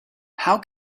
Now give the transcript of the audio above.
how